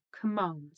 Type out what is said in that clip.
commands